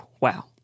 Wow